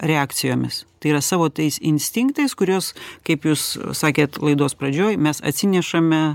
reakcijomis tai yra savo tais instinktais kuriuos kaip jūs sakėt laidos pradžioj mes atsinešame